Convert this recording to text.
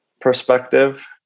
perspective